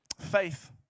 faith